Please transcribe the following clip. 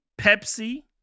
Pepsi